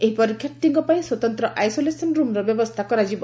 ଏହି ପରୀକ୍ଷାର୍ଥୀଙ୍କ ପାଇଁ ସ୍ୱତନ୍ତ ଆଇସୋଲେସନ ରୁମର ବ୍ୟବସ୍କା କରାଯିବ